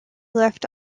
left